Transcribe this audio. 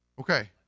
Okay